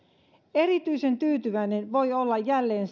erityisen tyytyväinen voi olla jälleen